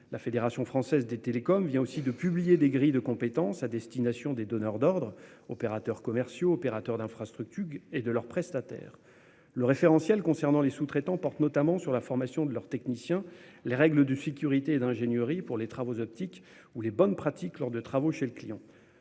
La Fédération française des télécoms vient aussi de publier des grilles de compétences à destination des donneurs d'ordre, qu'il s'agisse des opérateurs commerciaux ou des opérateurs d'infrastructure, et de leurs prestataires. Le référentiel concernant les sous-traitants porte notamment sur la formation de leurs techniciens, sur les règles de sécurité et d'ingénierie pour les travaux optiques ou sur les bonnes pratiques lors de travaux chez le client.